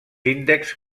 índexs